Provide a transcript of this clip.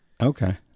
Okay